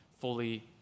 fully